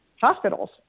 hospitals